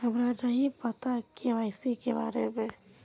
हमरा नहीं पता के.वाई.सी के बारे में?